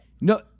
no